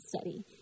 study